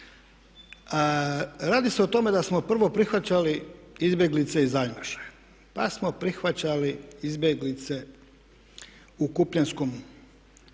Radi se o tome da smo prvo prihvaćali izbjeglice iz Aljmaša, pa smo prihvaćali izbjeglice u Kupljenskom